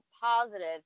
positive